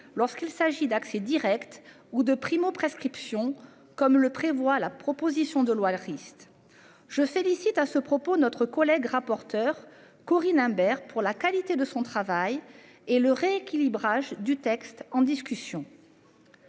lorsqu'il s'agit d'accès Direct ou de primo-prescription comme le prévoit la proposition de loi, le risque. Je félicite à ce propos notre collègue rapporteur Corinne Imbert pour la qualité de son travail et le rééquilibrage du texte en discussion.